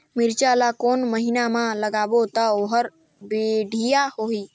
मिरचा ला कोन महीना मा लगाबो ता ओहार बेडिया होही?